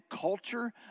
culture